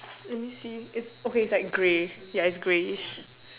let me see if okay it's like grey ya it's greyish